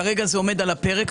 כרגע זה עומד על הפרק.